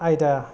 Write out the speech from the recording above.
आयदा